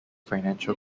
financial